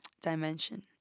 dimension